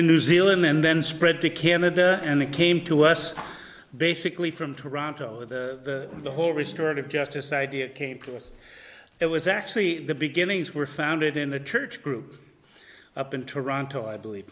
in new zealand and then spread to canada and they came to us basically from toronto with the whole restored of justice idea came to us it was actually the beginnings were founded in a church group up in toronto i believe